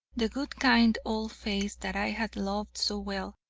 the good, kind, old face, that i had loved so well,